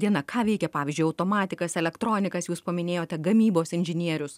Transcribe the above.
diena ką veikia pavyzdžiui automatikas elektronikas jūs paminėjote gamybos inžinierius